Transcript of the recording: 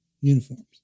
uniforms